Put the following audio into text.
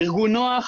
ארגון 'נוח',